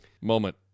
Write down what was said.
moment